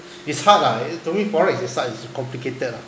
is hard lah it to me FOREX is hard it's complicated lah